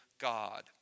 God